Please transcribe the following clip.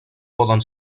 poden